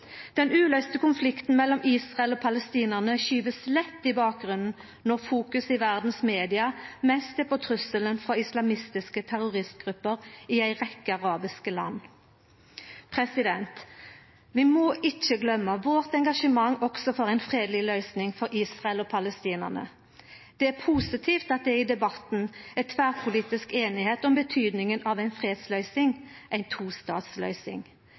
Den uløyste konflikten mellom Israel og palestinarane kjem lett i bakgrunnen når media verda over fokuserer mest på trusselen frå islamistiske terroristgrupper i ei rekkje arabiske land. Vi må ikkje gløyma engasjementet vårt også for ei fredeleg løysing for Israel og palestinarane. Det er positivt at det i debatten er tverrpolitisk einigheit om betydninga av ei fredsløysing – ei tostatsløysing.